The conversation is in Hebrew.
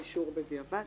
האישור בדיעבד